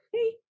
Hey